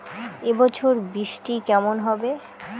এবছর বৃষ্টি কেমন হবে?